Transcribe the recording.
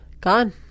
Gone